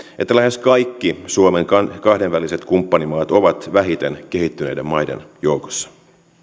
että lähes kaikki suomen kahdenväliset kumppanimaat ovat vähiten kehittyneiden maiden joukossa